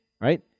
right